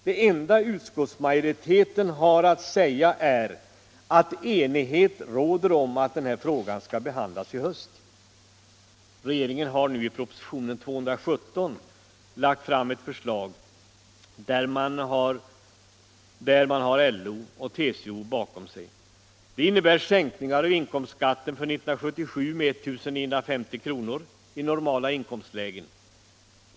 Det enda utskottsmajoriteten nu har att säga är, att enighet råder om att denna fråga skall behandlas i höst. Regeringen har nu i propositionen 217 lagt fram ett förslag, där man har LO och TCO bakom sig och som innebär sänkningar av inkomstskatten för 1977 med 1950 kr. i normala inkomstlägen.